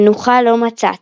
מנוחה לא מצאתי.